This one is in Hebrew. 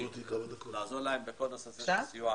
בסיוע